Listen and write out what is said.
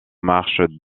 marches